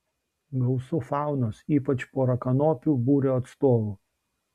gausu faunos ypač porakanopių būrio atstovų